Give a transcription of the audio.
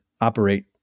operate